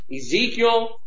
Ezekiel